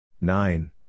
Nine